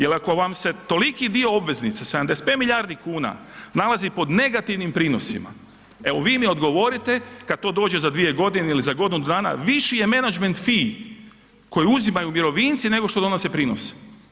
Jer ako vam se toliki dio obveznica 75 milijardi kuna nalazi pod negativnim prinosima, evo vi mi odgovorite kada to dođe za 2 godine ili za godinu dana viši je menadžment FI koji uzimaju mirovinci nego što donose prinose.